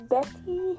Betty